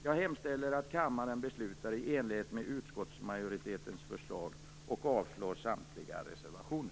Jag hemställer att kammaren beslutar i enlighet med utskottsmajoritetens förslag och avslår samtliga reservationer.